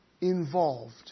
involved